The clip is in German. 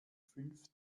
fünf